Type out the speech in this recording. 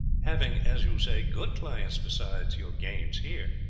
having, as you say, good clients besides your gains here,